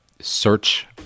search